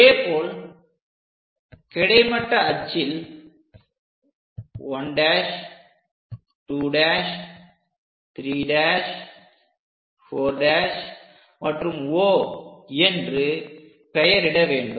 அதேபோல் கிடை மட்ட அச்சில் 1' 2' 3' 4' மற்றும் O என்று பெயரிட வேண்டும்